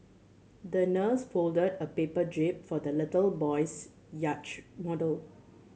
the nurse folded a paper jib for the little boy's yacht model